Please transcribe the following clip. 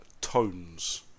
tones